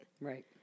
right